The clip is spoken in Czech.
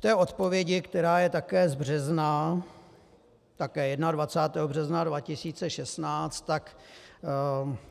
V té odpovědi, která je také z března, také 21. března 2016, tak